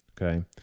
Okay